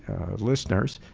listeners,